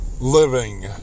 living